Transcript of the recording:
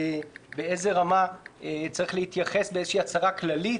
באיזו רמה צריך להתייחס בהצהרה כללית,